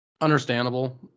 Understandable